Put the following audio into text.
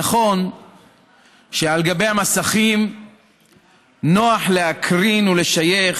נכון שעל גבי המסכים נוח להקרין ולשייך